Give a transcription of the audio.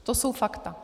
To jsou fakta.